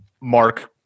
mark